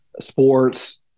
sports